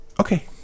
Okay